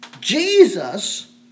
Jesus